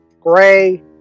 gray